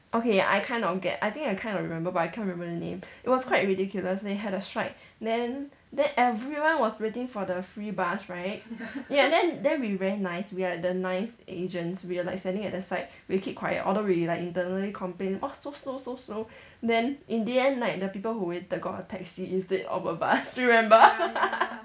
okay I kind of get I think I kind of remember but I can't remember the name it was quite ridiculous they had a strike then then everyone was waiting for the free bus right and then then we very nice we are the nice asians we are like standing at the side we keep quiet although we like internally complain orh so slow so slow then in the end like the people who waited got a taxi instead of a bus remember